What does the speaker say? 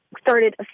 started